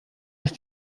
ist